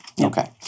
Okay